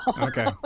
okay